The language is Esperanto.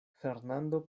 fernando